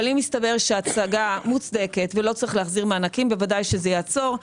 אבל אם יסתבר שההשגה מוצדקת ולא צריך להחזיר מענקים בוודאי שזה יעצור.